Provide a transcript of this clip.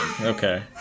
Okay